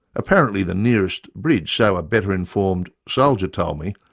apparently the nearest bridge so a better informed soldier told me!